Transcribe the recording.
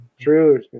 True